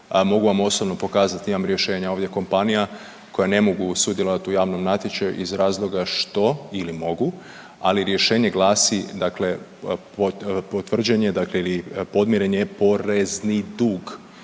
Mogu vam osobno pokazati imam rješenja ovdje kompanija koje ne mogu sudjelovati u javnom natječaju iz razloga što ili mogu, ali rješenje glasi dakle potvrđen je ili podmiren je porezni dug.